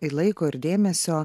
ir laiko ir dėmesio